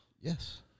Yes